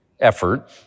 effort